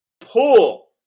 pull